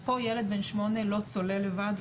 ילד בן שמונה לא צולל לבד,